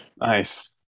Nice